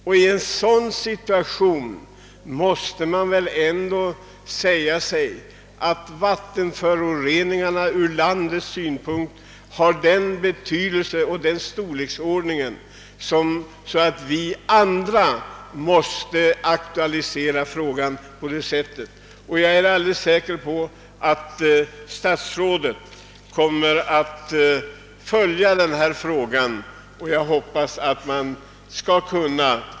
Och vattenföroreningarna är väl ändå ur landets synpunkt av sådan betydelse och storleksordning att vi måste aktualisera frågan på det sätt som jag har gjort. Jag är också säker på att statsrådet kommer att följa denna fråga med uppmärksamhet.